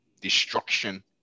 destruction